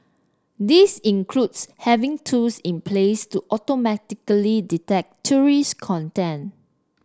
this includes having tools in place to automatically detect terrorist content